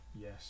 Yes